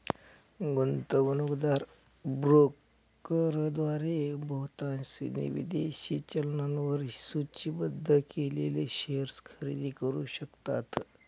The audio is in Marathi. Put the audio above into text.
गुंतवणूकदार ब्रोकरद्वारे बहुतांश विदेशी चलनांवर सूचीबद्ध केलेले शेअर्स खरेदी करू शकतात